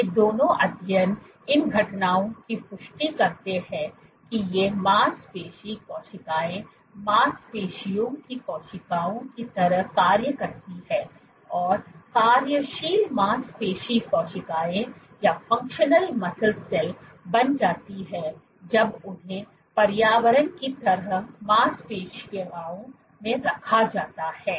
ये दोनों अध्ययन इन घटनाओं की पुष्टि करते हैं कि ये मांसपेशी कोशिकाएं मांसपेशियों की कोशिकाओं की तरह कार्य करती हैं और कार्यशील मांसपेशी कोशिकाएं बन जाती हैं जब उन्हें पर्यावरण की तरह मांसपेशियों में रखा जाता है